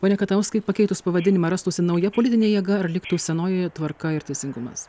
pone katauskai pakeitus pavadinimą rastųsi nauja politinė jėga ar liktų senojoje tvarka ir teisingumas